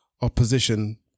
opposition